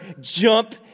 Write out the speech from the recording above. jump